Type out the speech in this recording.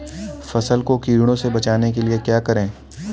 फसल को कीड़ों से बचाने के लिए क्या करें?